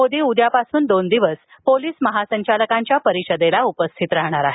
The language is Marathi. मोदी उद्यापासून दोन दिवस पोलीस महासंचालकांच्या परिषदेला उपस्थित राहणार आहेत